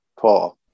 Paul